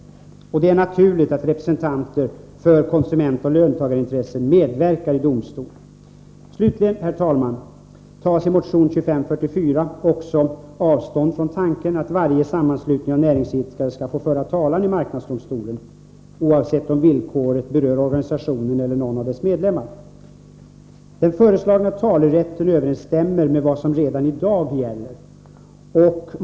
Det är naturligt att representanter för konsumentoch löntagarintressen medverkar i domstol. Slutligen, herr talman, tas i motion 2544 också avstånd från tanken att varje sammanslutning av näringsidkare skall få föra talan i marknadsdomstolen oavsett om villkoret berör organisationen eller någon av dess medlemmar. Den föreslagna talerätten överensstämmer med vad som redan i dag gäller.